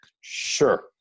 Sure